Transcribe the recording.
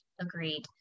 agreed